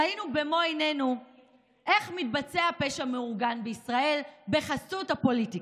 ראינו במו עינינו איך מתבצע פשע מאורגן בישראל בחסות הפוליטיקה.